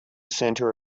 center